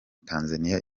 tanzania